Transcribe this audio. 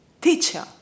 teacher